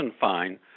fine